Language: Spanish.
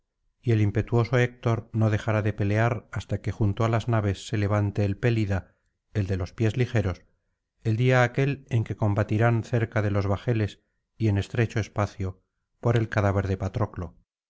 y el impetuoso héctor no dejará de pelear hasta que junto á las naves se levante el pelida el de los pies ligeros el día aquel en que combatirán cerca de los bajeles y en estrecho espacio por el cadáver de patroclo